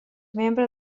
membre